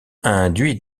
induit